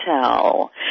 tell